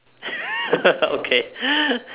okay